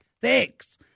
Thanks